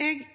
dag.